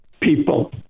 people